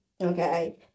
Okay